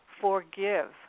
Forgive